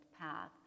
path